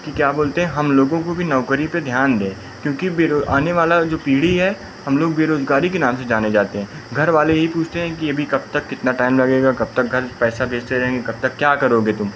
कि क्या बोलते हैं हम लोगों की नौकरी पर ध्यान दे क्योंकि बेरो आने वाली जो पीढ़ी है हम लोग बेरोज़गारी के नाम से जाने जाते हैं घर वाले यही पूछते हैं कि अभी कब तक कितना टाइम लगेगा कब तक पैसा भेजते रहेंगे कब तक क्या करोगे तुम